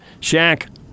Shaq